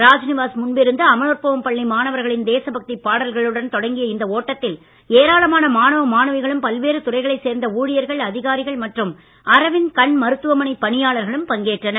ராஜ்நிவாஸ் முன்பிருந்து அமலோற்பவம் பள்ளி மாணவர்களின் தேசபக்தி பாடல்களுடன் தொடங்கிய இந்த ஓட்டத்தில் ஏராளமான மாணவ மாணவிகளும் பல்வேறு துறைகளைச் சேர்ந்த ஊழியர்கள் அதிகாரிகள் மற்றும் அரவிந்த் கண் மருத்துவமனை பணியாளர்களும் பங்கேற்றனர்